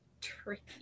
tricky